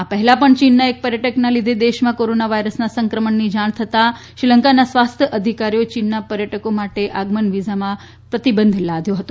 આ પહેલાં પણ ચીનના એક પર્યટકના લીધે દેશમાં કોરોના વાયરસના સંક્રમણની જાણ થતાં શ્રીલંકાના સ્વાસ્થ્ય અધિકારીઓ ચીનના પર્યટકો માટે આગમન વીઝામાં પ્રતિબંધ લાદ્યો હતો